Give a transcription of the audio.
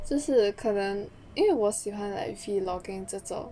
就是可能因为我喜欢 like vlogging 这种